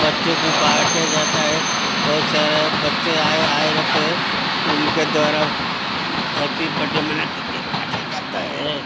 बच्चों में बाँटा जाता है बहुत सारे बच्चे आए आए रहते है उनके द्वारा हैप्पी बरडे मना कर केक काटे जाता है